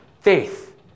faith